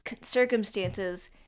circumstances